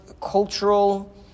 cultural